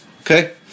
Okay